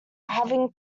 having